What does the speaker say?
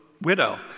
widow